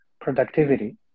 productivity